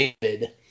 David